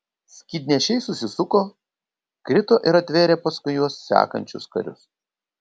skydnešiai susisuko krito ir atvėrė paskui juos sekančius karius